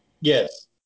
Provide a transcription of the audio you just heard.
Yes